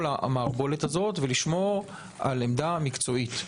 המערבולת הזאת ולשמור על עמדה מקצועית,